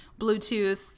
Bluetooth